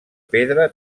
pedra